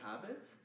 habits